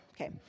Okay